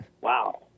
Wow